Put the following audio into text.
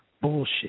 bullshit